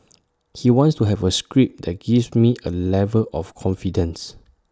he wants to have A script that gives me A level of confidence